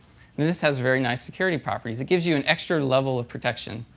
this has very nice security properties. it gives you an extra level of protection.